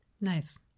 Nice